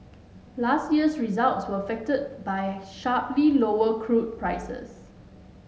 last year's results were affected by sharply lower crude prices